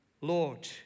Lord